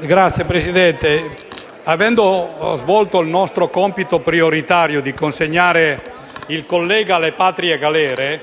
Signor Presidente, avendo svolto il nostro compito prioritario di consegnare il collega alle patrie galere,